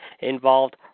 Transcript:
involved